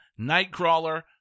Nightcrawler